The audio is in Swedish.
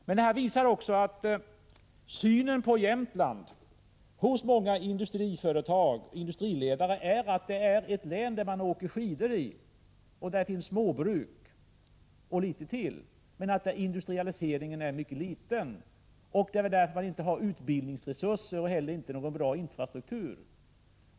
Det här visar också att synen på Jämtland inom många industriföretag och hos många industriledare är denna: det är fråga om ett län där man åker skidor, där det finns småföretag och litet till, men där industrialiseringen är mycket liten, därför att man inte har några utbildningsresurser och inte heller någon bra infrastruktur.